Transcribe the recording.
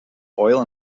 oil